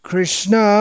Krishna